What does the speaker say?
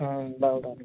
हाँ बाल दाढ़ी